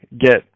get